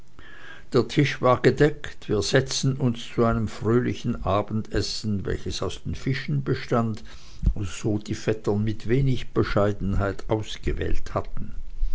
der tisch war gedeckt wir setzten uns zu einem fröhlichen abendessen welches aus den fischen bestand so die vettern mit wenig bescheidenheit ausgewählt hatten